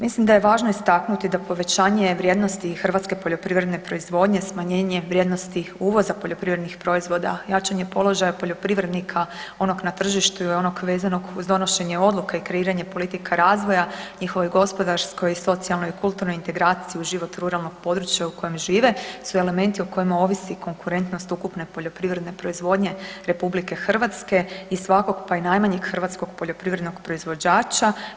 Mislim da je važno istaknuti da povećanje vrijednosti hrvatske poljoprivredne proizvodnje, smanjenje vrijednosti uvoza poljoprivrednih proizvoda, jačanje položaja poljoprivrednika onog na tržištu i onog vezanog uz donošenje odluke i kreiranje politika razvoja, njihovoj gospodarskoj i socijalnoj i kulturnoj integraciji u život ruralnog područja u kojem žive su elementi o kojima ovisi konkurentnost ukupne poljoprivredne proizvodnje Republike Hrvatske i svakog pa i najmanjeg hrvatskog poljoprivrednog proizvođača.